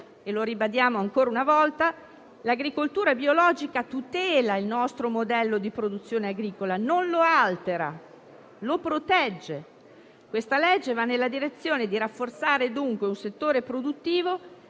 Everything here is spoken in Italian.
e lo ribadiamo ancora una volta - l'agricoltura biologica tutela il nostro modello di produzione agricola, non lo altera, lo protegge. Questo disegno di legge va nella direzione di rafforzare dunque un settore produttivo